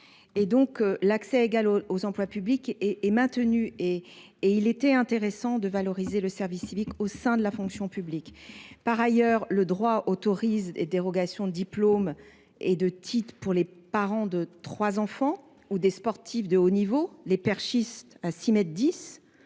que l’accès égal aux emplois publics est maintenu. Il me semble intéressant de valoriser le service civique au sein de la fonction publique. En outre, le droit autorise déjà des dérogations de diplômes et de titres pour les parents de trois enfants et les sportifs de haut niveau. Pourquoi les perchistes qui passent